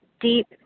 deep